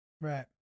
Right